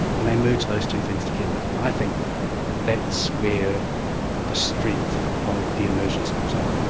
and they merge those two things together. and i think that's where the strength of the immersion schools are.